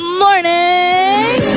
morning